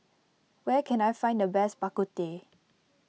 where can I find the best Bak Kut Teh